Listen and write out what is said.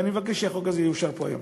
ואני מבקש שהחוק הזה יאושר פה היום.